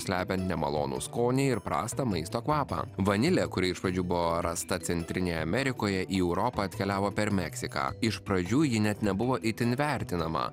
slepiant nemalonų skonį ir prasto maisto kvapą vanilė kuri iš pradžių buvo rasta centrinėje amerikoje į europą atkeliavo per meksiką iš pradžių ji net nebuvo itin vertinama